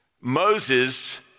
Moses